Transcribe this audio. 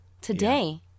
Today